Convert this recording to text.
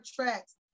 tracks